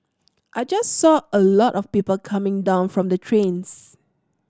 I just saw a lot of people coming down from the trains